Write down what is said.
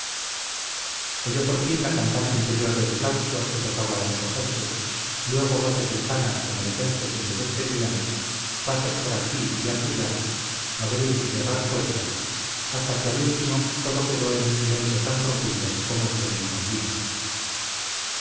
oyó por fin la campana interior del claustro que tocaba a recogerse luego voces lejanas como de gentes que se despedían pasos por aquí y acullá abrir y cerrar puertas hasta que al último todo quedó en un silencio tan profundo como el que le envolvía